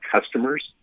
customers